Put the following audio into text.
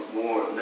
more